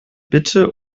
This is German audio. bitte